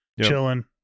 chilling